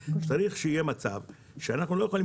אלו שתי החברות שהכי קרובות למצב של הפעלה